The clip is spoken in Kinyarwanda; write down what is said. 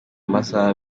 amasaha